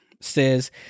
says